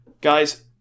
Guys